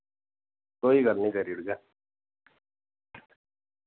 कोई गल्ल नी करी ओड़गा